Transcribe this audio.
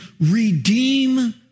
redeem